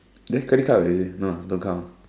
then credit card already no ah don't count ah